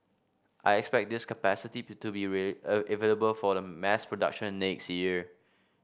I expect this capacity to be available for the mass production next year